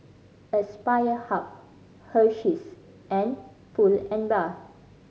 Aspire Hub Hersheys and Pull and Bear